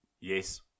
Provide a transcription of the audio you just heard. Yes